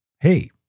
Hey